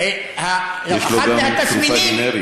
יש לו גם תרופה גנרית.